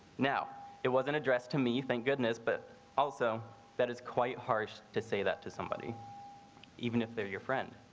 now it wasn't addressed to me. thank goodness. but also that is quite harsh to say that to somebody even if they are your friend.